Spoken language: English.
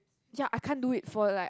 ya I can't do it for like